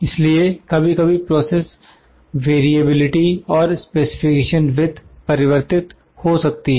इसलिए कभी कभी प्रोसेस वेरिएबलटी और स्पेसिफिकेशन विथ परिवर्तित हो सकती हैं